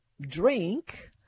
drink